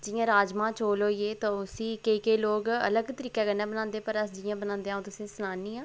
जि'यां राजमांह् चौल होई गे ते उसी केईं केंई लोक अलग तरीके कन्नै बनांदे पर अस जि'यां बनांदे अ'ऊं तुसें ई सनान्नी आं